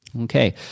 Okay